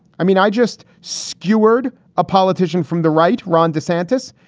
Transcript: i mean, i just skewered a politician from the right. ron desantis.